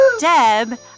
Deb